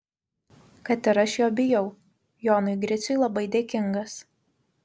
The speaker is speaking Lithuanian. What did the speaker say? kad ir aš jo bijau jonui griciui labai dėkingas